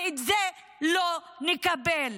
ואת זה לא נקבל,